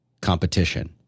competition